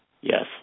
Yes